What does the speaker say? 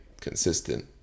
consistent